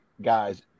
guys